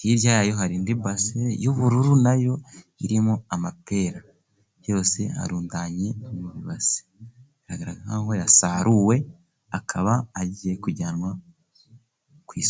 hirya yayo hari indi base y'ubururu, nayo irimo amapera yose arundanye mu ibase, biragaragara nk'aho yasaruwe, akaba agiye kujyanwa ku isoko.